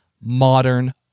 modern